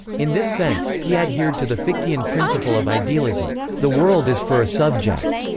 in this sense, he adhered to the fichtean principle of idealism the world is for a subject.